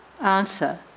Answer